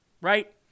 right